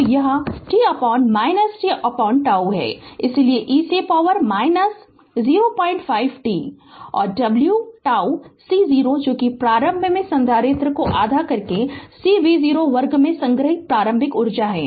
तो यह t t τ है इसलिए e सें पॉवर 05 t और ωτ C0 जो प्रारंभ में संधारित्र आधा C V0 वर्ग में संग्रहीत प्रारंभिक ऊर्जा है